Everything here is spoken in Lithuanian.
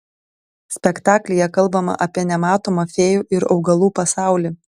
spektaklyje kalbama apie nematomą fėjų ir augalų pasaulį